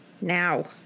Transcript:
Now